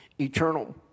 eternal